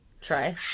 Try